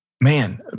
Man